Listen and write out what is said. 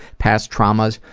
past traumas,